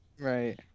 Right